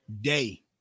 day